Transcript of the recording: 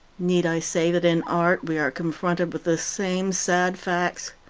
need i say that in art we are confronted with the same sad facts?